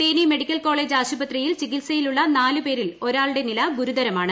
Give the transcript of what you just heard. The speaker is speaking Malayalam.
തേനി മെഡിക്കൽ കോളേജ് ആശുപത്രിയിൽ ചികിത്സയിലുള്ള നാല് പേരിൽ ഒരാളുടെ നില ഗുരുതരമാണ്